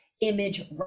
image